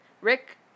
Rick